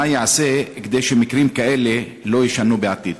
4. מה ייעשה כדי שמקרים כאלה לא יישנו בעתיד?